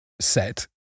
set